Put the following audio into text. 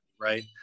right